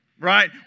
Right